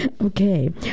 Okay